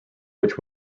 which